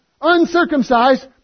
uncircumcised